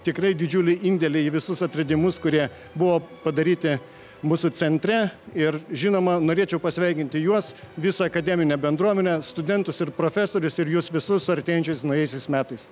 tikrai didžiulį indėlį į visus atradimus kurie buvo padaryti mūsų centre ir žinoma norėčiau pasveikinti juos visą akademinę bendruomenę studentus ir profesorius ir jus visus artėjančiais naujaisiais metais